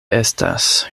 estas